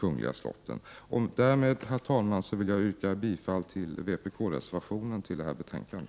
Därmed, herr talman, vill jag yrka bifall till vpk-reservationen till detta betänkande.